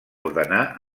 ordenar